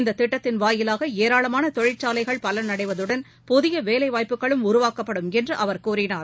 இந்ததிட்டத்தின் வாயிலாகஏராளமானதொழிற்சாலைகள் பலனடைவதுடன் புதியவேலைவாய்ப்புகளும் உருவாக்கப்படும் என்றுஅவர் கூறினார்